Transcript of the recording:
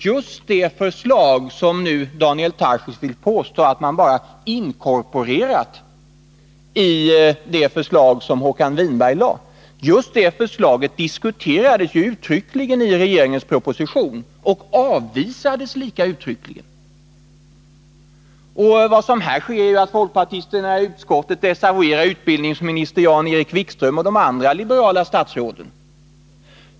Just det förslag som Daniel Tarschys nu vill påstå att man bara har inkorporerat i det förslag som Håkan Winberg lade fram diskuterades nämligen uttryckligen i regeringens proposition och avvisades lika uttryckligt. Vad som här sker är att folkpartisterna i utskottet desavouerar utbildningsminister Jan-Erik Wikström och de andra liberala statsråden.